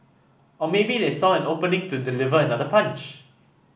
or maybe they saw an opening to deliver another punch